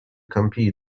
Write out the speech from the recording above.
compete